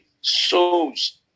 souls